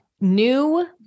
new